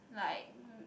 like